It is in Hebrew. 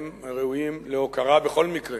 הם ראויים להוקרה בכל מקרה,